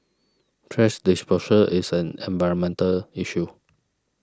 thrash disposal is an environmental issue